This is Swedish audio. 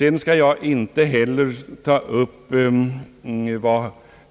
Jag skall inte heller ta upp